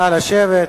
נא לשבת.